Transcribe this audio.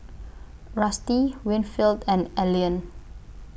Rusty Winfield and Elian